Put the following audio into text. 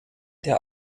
der